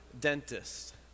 dentist